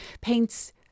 paints